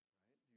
right